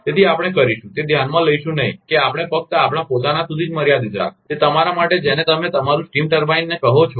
તેથી આપણે કરીશું તે ધ્યાનમાં લઇશું નહીં કે આપણે ફક્ત આપણા પોતાના સુધી જ મર્યાદિત રાખશું તે તમારા માટે જેને તમે તમારું સ્ટીમ ટર્બાઇનને કહો છો